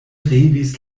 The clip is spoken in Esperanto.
revis